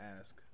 ask